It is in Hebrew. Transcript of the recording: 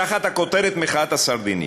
תחת הכותרת "מחאת הסרדינים".